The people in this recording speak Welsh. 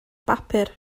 bapur